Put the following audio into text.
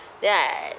then I